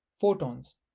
photons